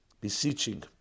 beseeching